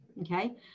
okay